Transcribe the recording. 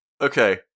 okay